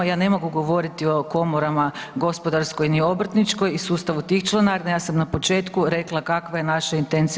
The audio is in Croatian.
Ja ne mogu govoriti o komorama, gospodarskoj ni obrtničkoj i sustavu tih članarina, ja sam na početku rekla kakva je naša intencija.